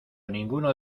ninguno